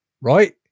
right